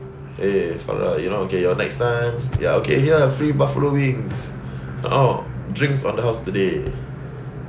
!hey! farrah you know okay your next time you can eat here free buffalo wings oh drinks on the house today